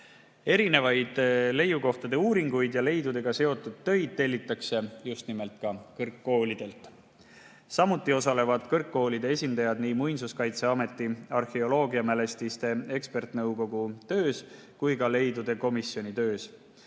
Erinevaid leiukohtade uuringuid ja leidudega seotud töid tellitakse just nimelt ka kõrgkoolidelt. Samuti osalevad kõrgkoolide esindajad nii Muinsuskaitseameti arheoloogiamälestiste ekspertnõukogu töös kui ka leidude komisjoni töös.